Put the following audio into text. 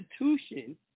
institution